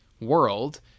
world